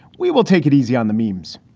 we will take it easy on the meems